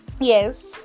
yes